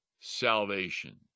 salvation